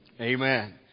Amen